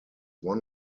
one